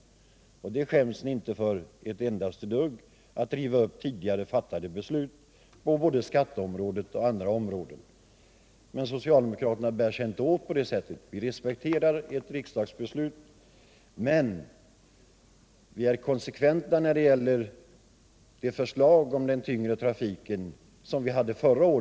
Inte ett dugg skäms ni för att riva upp tidigare fattade beslut på skatteområdet och andra områden. Socialdemokraterna bär sig inte åt på det sättet. Vi respekterar ett riksdagsbeslut, men vi är konsekventa när det gäller förra årets förslag om den tyngre trafiken.